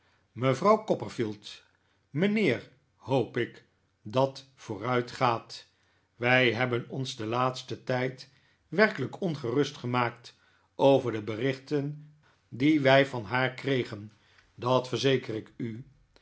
mevrouw copperfield mijnheer hoop ik dat vooruitgaat wij hebben ons den laatsten tijd werkelijk ongerust gemaakt over de berichten die wij van haar kregen dat verzeker ik u